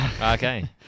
Okay